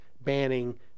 banning